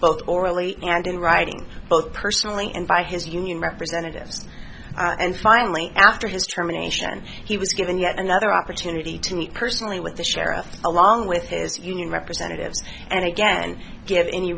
both orally and in writing both personally and by his union representatives and finally after his determination he was given yet another opportunity to meet personally with the sheriff along with his union representatives and again give any